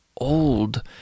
old